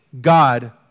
God